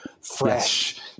fresh